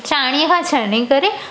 छाणी खां छाणे करे